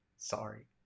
Sorry